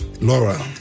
Laura